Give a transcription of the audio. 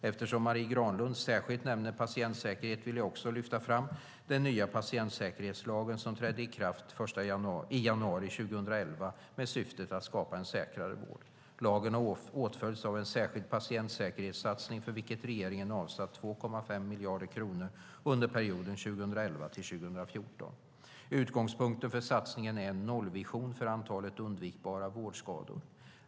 Eftersom Marie Granlund särskilt nämner patientsäkerhet vill jag också lyfta fram den nya patientsäkerhetslagen som trädde i kraft i januari 2011 med syftet att skapa en säkrare vård. Lagen har åtföljts av en särskild patientsäkerhetssatsning för vilken regeringen avsatt 2,5 miljard kronor under perioden 2011-2014. Utgångspunkten för satsningen är en nollvision för antalet undvikbara vårdskador.